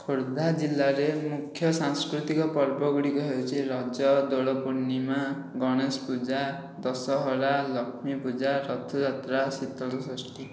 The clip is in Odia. ଖୋର୍ଦ୍ଧା ଜିଲ୍ଲାରେ ମୁଖ୍ୟ ସାଂସ୍କୃତିକ ପର୍ବ ଗୁଡ଼ିକ ହେଉଛି ରଜ ଦୋଳ ପୂର୍ଣ୍ଣିମା ଗଣେଶ ପୂଜା ଦଶହରା ଲକ୍ଷ୍ମୀ ପୂଜା ରଥଯାତ୍ରା ଶୀତଳଷଷ୍ଠୀ